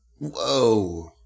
Whoa